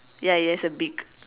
ya it has a beak